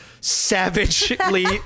savagely